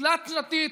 תלת-שנתי.